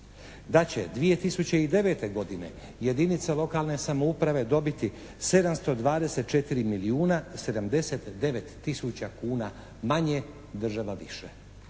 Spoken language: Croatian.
Da će 2009. godine jedinice lokalne samouprave dobiti 724 milijuna i 79 tisuća kuna manje, država više.